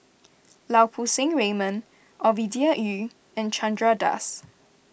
Lau Poo Seng Raymond Ovidia Yu and Chandra Das